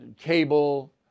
cable